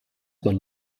man